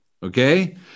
Okay